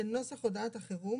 של נוסח הודעת החירום,